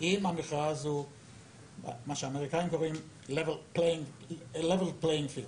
אם המכרז הוא level playing field,